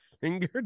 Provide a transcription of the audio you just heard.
finger